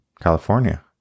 California